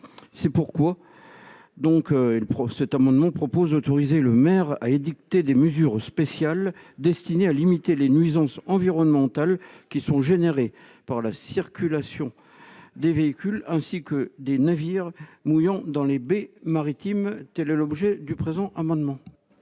C'est pourquoi cet amendement vise à autoriser le maire à édicter des mesures spéciales destinées à limiter les nuisances environnementales générées par la circulation des véhicules ainsi que par les navires mouillant dans les baies maritimes. Quel est l'avis de la commission